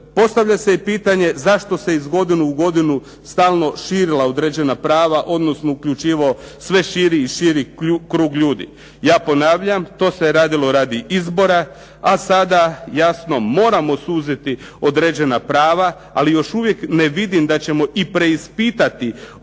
Postavlja se i pitanje zašto se iz godine u godinu stalno širila određena prava, odnosno uključivao sve širi i širi krug ljudi. Ja ponavljam, to se radilo radi izbora, a sada jasno moramo suziti određena prava, ali još uvijek ne vidim da ćemo i preispitati određena